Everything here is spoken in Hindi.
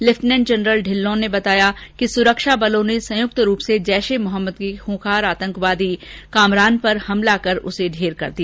लेफ्टिनेंट जनरल ढिल्लों ने बताया कि सुरक्षा बलों ने संयुक्त रूप से जैश ए मोहम्मद के खूंखार आतंकवादी कामरान पर हमला कर उसे ढेर कर दिया